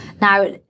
Now